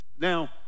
Now